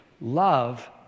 Love